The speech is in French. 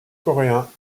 coréens